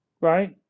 right